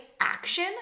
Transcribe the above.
action